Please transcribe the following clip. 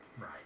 Right